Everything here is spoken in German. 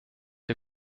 der